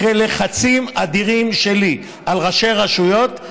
אחרי לחצים אדירים שלי על ראשי רשויות,